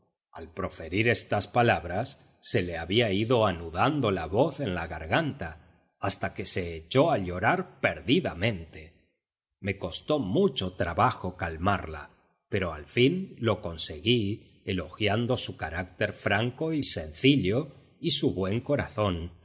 al proferir estas palabras se le había ido anudando la voz en la garganta hasta que se echó a llorar perdidamente me costó mucho trabajo calmarla pero al fin lo conseguí elogiando su carácter franco y sencillo y su buen corazón